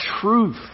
truth